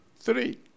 three